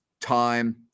time